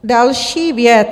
Další věc.